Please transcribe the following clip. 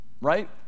right